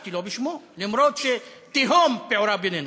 קראתי לו בשמו, אף-על-פי שתהום פעורה בינינו.